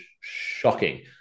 shocking